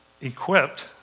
equipped